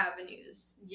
avenues